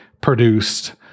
produced